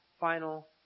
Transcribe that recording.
final